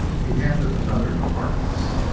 he handed another to harkness.